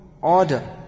order